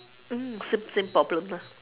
mm same same problem ah